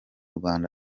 rwanda